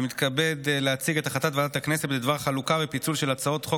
אני מתכבד להציג את החלטת ועדת הכנסת בדבר חלוקה ופיצול של הצעת חוק